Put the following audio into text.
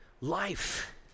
life